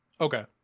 Okay